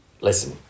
Listen